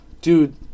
Dude